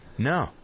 No